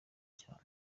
cyane